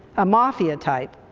a mafia type.